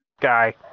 Guy